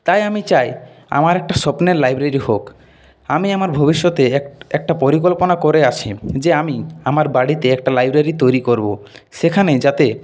তাই আমি চাই আমার একটা স্বপ্নের লাইব্রেরি হোক আমি আমার ভবিষ্যতে একটা পরিকল্পনা করে আছি যে আমি আমার বাড়িতে একটা লাইব্রেরি তৈরি করব সেখানে যাতে